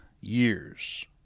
years